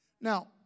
Now